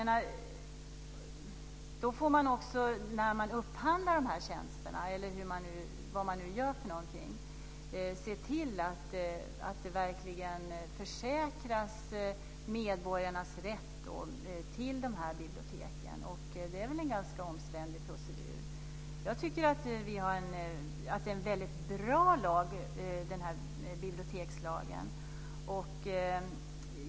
När man upphandlar de tjänsterna, eller vad man nu gör för någonting, får man se till att medborgarna försäkras rätt till biblioteken. Det är en ganska omständlig procedur. Jag tycker att bibliotekslagen är en väldigt bra lag.